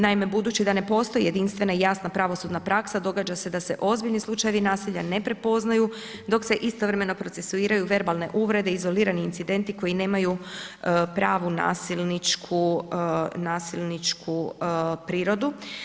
Naime, budući da ne postoji jedinstvena i jasna pravosudna praksa događa se da se ozbiljni slučajevi nasilja ne prepoznaju dok se istovremeno procesuiraju verbalne uvrede, izolirani incidenti koji nemaju pravu nasilničku prirodu.